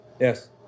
Yes